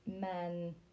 men